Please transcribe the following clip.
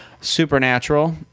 Supernatural